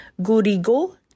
gurigo